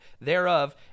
thereof